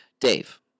Dave